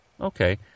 Okay